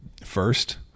first